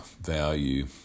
value